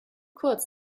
kurz